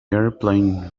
airplane